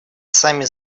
сами